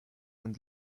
and